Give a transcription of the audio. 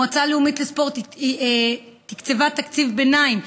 המועצה הלאומית לספורט תקצבה תקציב ביניים,